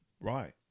Right